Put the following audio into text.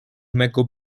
mego